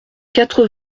quatre